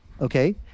okay